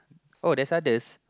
oh there's others